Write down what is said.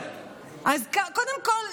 קודם כול,